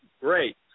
great